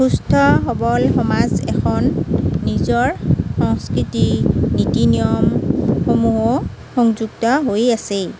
সুস্থ সবল সমাজ এখন নিজৰ সংস্কৃতি নীতি নিয়ম সমূহো সংযুক্ত হৈ আছে